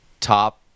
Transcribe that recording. top